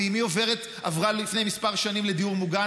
ואימי עברה לפני כמה שנים לדיור מוגן,